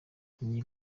ingingo